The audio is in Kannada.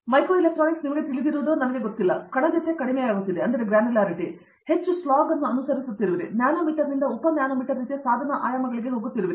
ಮೈಕ್ರೋ ಎಲೆಕ್ಟ್ರಾನಿಕ್ಸ್ ನಿಮಗೆ ತಿಳಿದಿರುವುದು ನನಗೆ ತಿಳಿದಿಲ್ಲ ಕಣಜತೆ ಕಡಿಮೆಯಾಗುತ್ತಿದೆ ನೀವು ಹೆಚ್ಚು ಸ್ಲಾಗ್ ಅನ್ನು ಅನುಸರಿಸುತ್ತಿರುವಿರಿ ನೀವು ನ್ಯಾನೊಮೀಟರ್ನಿಂದ ಉಪ ನ್ಯಾನೊಮೀಟರ್ ರೀತಿಯ ಸಾಧನ ಆಯಾಮಗಳಿಗೆ ಹೋಗುತ್ತಿರುವಿರಿ